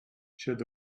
should